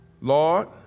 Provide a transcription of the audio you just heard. Lord